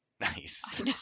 Nice